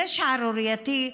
זה שערורייתי.